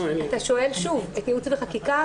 אתה שואל שוב את ייעוץ וחקיקה.